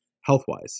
health-wise